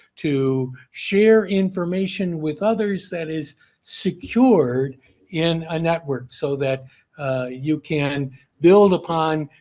to share information with others that is secured in a network so that you can build upon